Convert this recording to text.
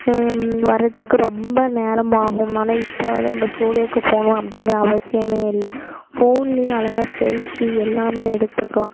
வர்றதுக்கு ரொம்ப நேரம் ஆகும் ஆனால் இப்போ வந்து நம்ம ஸ்டூடியோவுக்கு போகணும் அப்படிங்கிற அவசியம் இல்லை ஃபோன்லேயே அழகாக செல்ஃபி எல்லாம் எடுத்துக்கலாம்